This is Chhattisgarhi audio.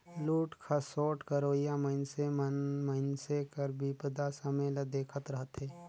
लूट खसोट करोइया मइनसे मन मइनसे कर बिपदा समें ल देखत रहथें